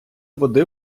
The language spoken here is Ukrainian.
води